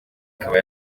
ikaba